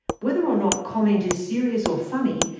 whether or not comment is serious or funny,